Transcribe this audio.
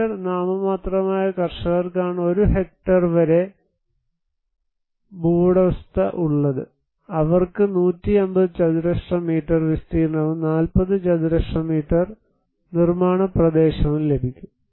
metre നാമമാത്ര കർഷകർക്കാണ് 1 hectare വരെ ഭൂവുടമസ്ഥത ഉള്ളത് അവർക്ക് 150 ചതുരശ്ര മീറ്റർ വിസ്തീർണ്ണവും 40 ചതുരശ്ര മീറ്റർ നിർമാണ പ്രദേശവും ലഭിക്കും